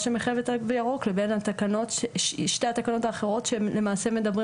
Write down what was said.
שמחייבת תו ירוק לבין שתי התקנות האחרות שהם למעשה מדברים